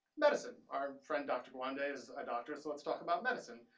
medicine. our friend dr. gawande is a doctor, so let's talk about medicine.